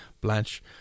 Blanche